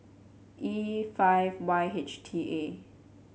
E five Y H T A